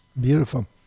Beautiful